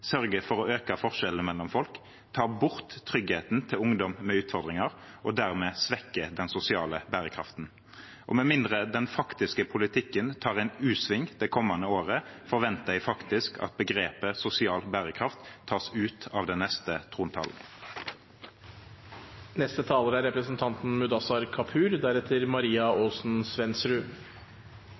for å øke forskjellene mellom folk og ta bort tryggheten til ungdom med utfordringer og dermed svekke den sosiale bærekraften. Med mindre den faktiske politikken tar en U-sving det kommende året, forventer jeg faktisk at begrepet sosial bærekraft tas ut av den neste trontalen. Norske bedrifter er